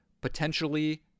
potentially